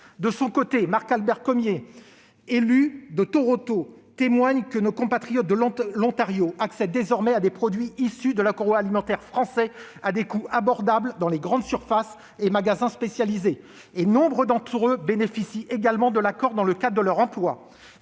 De son côté, Marc Albert Cormier, élu de Toronto, témoigne que nos compatriotes de l'Ontario accèdent désormais à des produits issus de l'agroalimentaire français à des coûts abordables dans les grandes surfaces et magasins spécialisés et que nombre d'entre eux bénéficient également de l'accord dans le cadre de leur emploi.